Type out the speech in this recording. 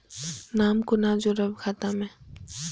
नाम कोना जोरब खाता मे